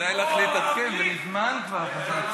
כדאי לך להתעדכן, כבר מזמן חזרתי.